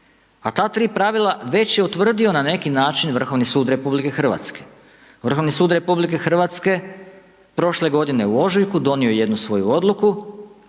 A ta tri pravila već je utvrdio na neki način Vrhovni sud RH. Vrhovni sud RH prošle godine u ožujku donio je jednu svoju odluku